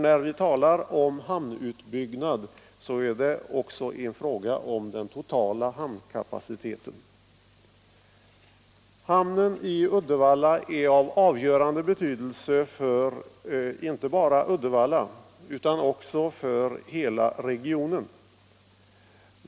När vi talar om hamnutbyggnad är det nämligen också en fråga om den totala hamnkapaciteten. Hamnen i Uddevalla har avgörande betydelse inte bara för Uddevalla utan också för hela regionen.